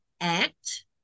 act